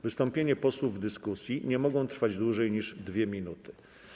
Wystąpienia posłów w dyskusji nie mogą trwać dłużej niż 2 minuty.